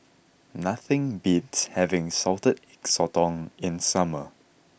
nothing beats having Salted Egg Sotong in summer